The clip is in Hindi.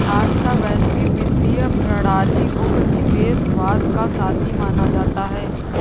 आज का वैश्विक वित्तीय प्रणाली उपनिवेशवाद का साथी माना जाता है